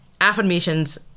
Affirmations